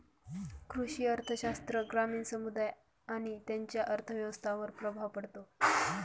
कृषी अर्थशास्त्र ग्रामीण समुदाय आणि त्यांच्या अर्थव्यवस्थांवर प्रभाव पाडते